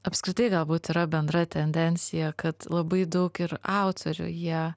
apskritai galbūt yra bendra tendencija kad labai daug ir autorių jie